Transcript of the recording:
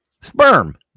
sperm